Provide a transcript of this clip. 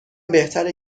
بهتره